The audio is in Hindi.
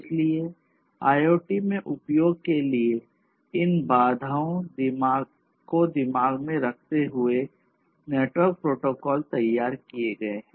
इसलिए IoT में उपयोग के लिए इन बाधाओं दिमाग में रखते हुए नेटवर्क प्रोटोकॉल तैयार किये गए हैं